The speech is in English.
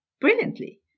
brilliantly